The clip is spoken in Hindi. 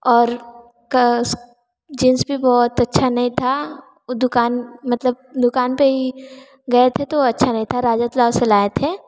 और जींस भी बहुत अच्छा नहीं था दुकान मतलब दुकान पे ही गए थे तो अच्छा नहीं था राजद से लाए थे